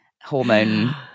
hormone